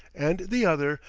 and the other,